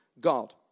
God